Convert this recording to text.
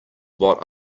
what